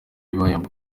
bihembo